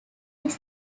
his